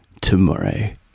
tomorrow